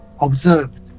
observed